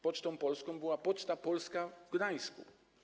Pocztą polską była Poczta Polska w Gdańsku.